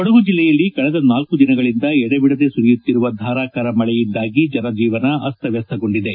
ಕೊಡಗು ಜಲ್ಲೆಯಲ್ಲಿ ಕಳೆದ ನಾಲ್ಕು ದಿನಗಳಿಂದ ಎಡೆಬಿಡದ ಸುರಿಯುತ್ತಿರುವ ಧಾರಾಕಾರ ಮಳೆಯಿಂದಾಗಿ ಜನಜೀವನ ಅಸ್ತವ್ಯಸ್ತಗೊಂಡಿದೆ